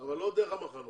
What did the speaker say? אבל לא דרך המחנות.